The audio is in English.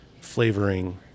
flavoring